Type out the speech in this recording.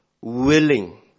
willing